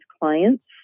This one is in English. clients